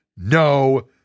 No